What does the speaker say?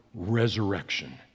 resurrection